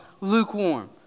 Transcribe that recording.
lukewarm